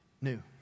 new